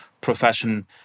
profession